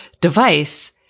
device